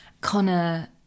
Connor